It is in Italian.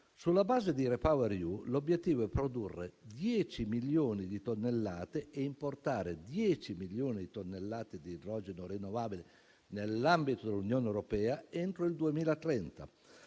Sulla base di REPower EU, l'obiettivo è produrre 10 milioni di tonnellate e importare 10 milioni di tonnellate di idrogeno rinnovabile nell'ambito dell'Unione europea entro il 2030,